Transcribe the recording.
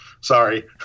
Sorry